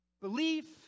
belief